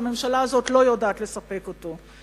והממשלה הזאת לא יודעת לספק אותו.